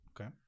Okay